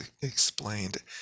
explained